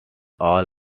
all